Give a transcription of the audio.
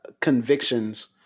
convictions